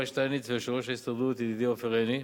שטייניץ ויושב-ראש ההסתדרות ידידי עופר עיני.